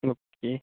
okay